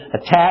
Attack